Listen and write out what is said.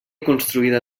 construïda